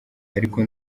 ariko